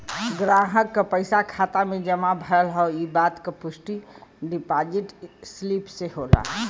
ग्राहक क पइसा खाता में जमा भयल हौ इ बात क पुष्टि डिपाजिट स्लिप से होला